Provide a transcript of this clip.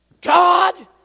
God